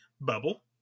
bubble